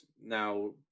now